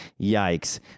Yikes